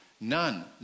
None